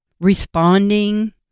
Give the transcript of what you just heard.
responding